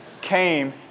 Came